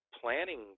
planning